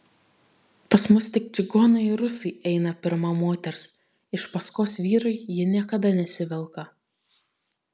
pas mus tik čigonai ir rusai eina pirma moters iš paskos vyrui ji niekada nesivelka